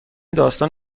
داستان